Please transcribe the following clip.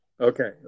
Okay